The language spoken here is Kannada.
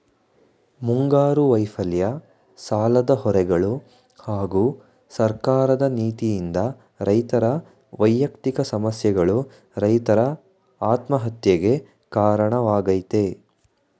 ಮುಂಗಾರು ವೈಫಲ್ಯ ಸಾಲದ ಹೊರೆಗಳು ಹಾಗೂ ಸರ್ಕಾರದ ನೀತಿಯಿಂದ ರೈತರ ವ್ಯಯಕ್ತಿಕ ಸಮಸ್ಯೆಗಳು ರೈತರ ಆತ್ಮಹತ್ಯೆಗೆ ಕಾರಣವಾಗಯ್ತೆ